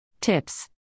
Tips